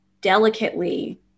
delicately